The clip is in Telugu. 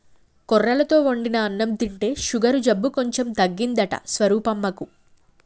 కొర్రలతో వండిన అన్నం తింటే షుగరు జబ్బు కొంచెం తగ్గిందంట స్వరూపమ్మకు